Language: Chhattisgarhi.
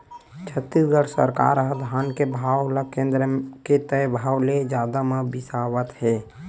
छत्तीसगढ़ सरकार ह धान के भाव ल केन्द्र के तय भाव ले जादा म बिसावत हे